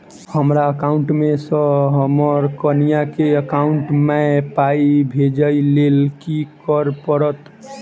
हमरा एकाउंट मे सऽ हम्मर कनिया केँ एकाउंट मै पाई भेजइ लेल की करऽ पड़त?